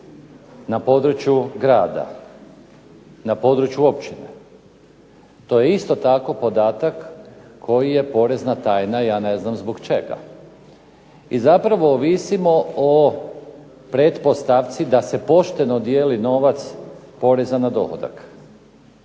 na području grada, na području općine. To je isto tako podatak koji je porezna tajna, ja ne znam zbog čega. I zapravo ovisimo o pretpostavci da se pošteno dijeli novac poreza na dohodak.